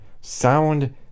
sound